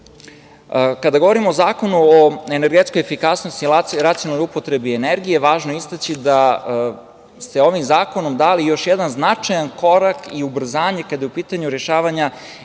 govorimo o Zakonu o energetskoj efikasnosti i racionalnoj upotrebi energije, važno je istaći da ste ovim zakonom dali još jedan značajan korak i ubrzanje kada je u pitanju rešavanje